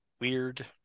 weird